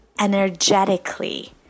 energetically